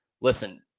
listen